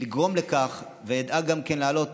לגרום לכך, ואדאג גם להעלות